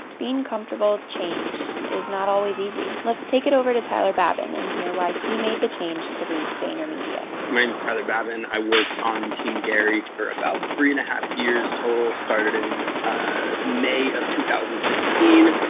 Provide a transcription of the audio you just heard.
being comfortable with change is not always easy. let's take it over to tyler babin and hear why he made the change to leave vaynermedia. my name is tyler babin. i worked on team gary for about three and a half years total. started in may of two thousand and sixteen,